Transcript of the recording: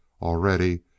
Already